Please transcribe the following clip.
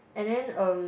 and then um